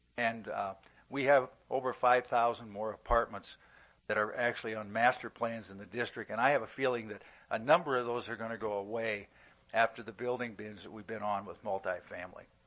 and we have over five thousand more apartments that are actually on master plans in the district. and i have a feeling that a number of those are going to go away after the building binge that we've been on with multi-family.